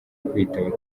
kwitaba